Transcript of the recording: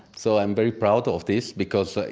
so, i'm very proud of this, because,